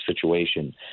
situation